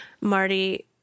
Marty